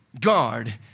guard